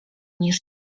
niż